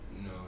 no